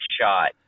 shot